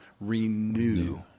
renew